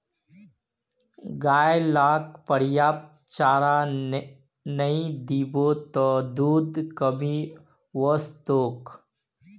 गाय लाक पर्याप्त चारा नइ दीबो त दूधत कमी वस तोक